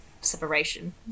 separation